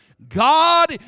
God